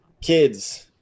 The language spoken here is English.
kids